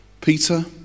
Peter